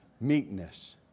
Meekness